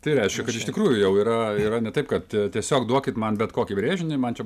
tai reiškia kad iš tikrųjų jau yra yra ne taip kad tiesiog duokit man bet kokį brėžinį man čia